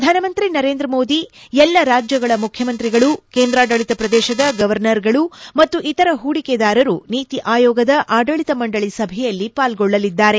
ಪ್ರಧಾನಮಂತ್ರಿ ನರೇಂದ್ರ ಮೋದಿ ಎಲ್ಲಾ ರಾಜ್ಯಗಳ ಮುಖ್ಯಮಂತ್ರಿಗಳು ಕೇಂದ್ರಾಡಳಿತ ಪ್ರದೇಶದ ಗವರ್ನರ್ಗಳು ಮತ್ತು ಇತರ ಹೂಡಿಕೆದಾರರು ನೀತಿ ಆಯೋಗದ ಆಡಳಿತ ಮಂಡಳಿ ಸಭೆಯಲ್ಲಿ ಪಾಲ್ಗೊಳ್ಳಲಿದ್ದಾರೆ